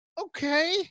okay